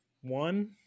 one